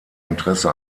interesse